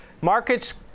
Markets